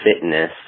fitness